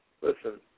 Listen